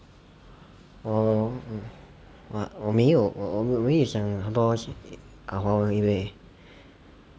我 what 我没有讲很多华文因为